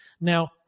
Now